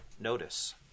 notice